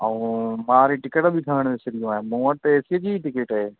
ऐं मां वरी टिकेट बि खणणु विसरी वियो आहियां मूं वटि त एसीअ जी टिकेट आहे